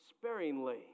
sparingly